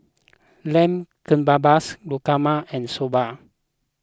Lamb Kebabs Guacamole and Soba